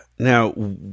Now